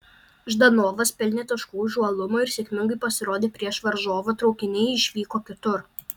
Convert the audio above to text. ždanovas pelnė taškų už uolumą ir sėkmingai pasirodė prieš varžovą traukiniai išvyko kitur